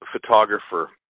photographer